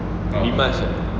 rimas ah